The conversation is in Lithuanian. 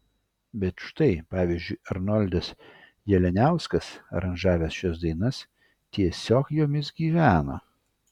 bet štai pavyzdžiui arnoldas jalianiauskas aranžavęs šias dainas tiesiog jomis gyveno